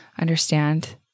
understand